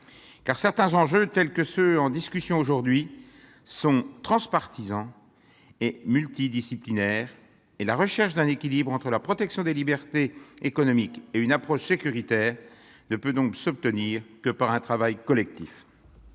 Certains enjeux, tels ceux dont nous discutons aujourd'hui, sont transpartisans et multidisciplinaires. La recherche d'un équilibre entre la protection des libertés économiques et une approche sécuritaire ne peut donc s'obtenir que par un travail collectif.